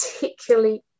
particularly